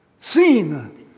seen